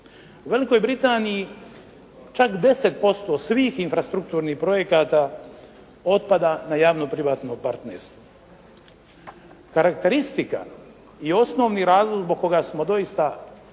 U Velikoj Britaniji čak 10% svih infrastrukturnih projekata otpada na javno-privatno partnerstvo. Karakteristika i osnovni razlog zbog koga smo doista mi